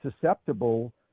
susceptible